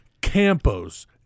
Campos